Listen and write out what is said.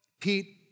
Pete